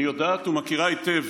אני יודעת ומכירה היטב